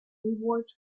rewards